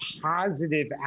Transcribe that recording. positive